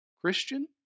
Christian